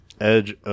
Edge